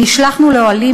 נשלחנו לאוהלים,